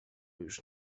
już